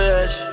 edge